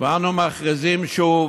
ואנו מכריזים שוב,